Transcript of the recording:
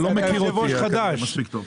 אתה לא מכיר אותי מספיק טוב.